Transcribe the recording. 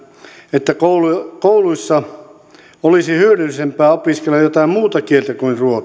että kouluissa olisi hyödyllisempää opiskella jotain muuta kieltä kuin ruotsia